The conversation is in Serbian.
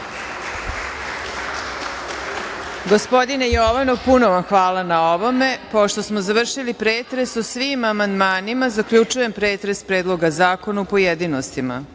Gospodine Jovanov, puno vam hvala na ovome. Pošto smo završili pretres o svim amandmanima, zaključujem Pretres predloga zakona u pojedinostima. Pošto